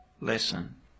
lesson